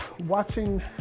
Watching